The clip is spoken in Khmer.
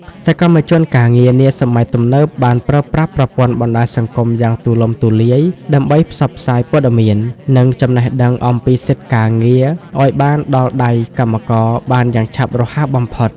សកម្មជនការងារនាសម័យទំនើបបានប្រើប្រាស់ប្រព័ន្ធបណ្តាញសង្គមយ៉ាងទូលំទូលាយ ដើម្បីផ្សព្វផ្សាយព័ត៌មាន និងចំណេះដឹងអំពីសិទ្ធិការងារឱ្យបានដល់ដៃកម្មករបានយ៉ាងឆាប់រហ័សបំផុត។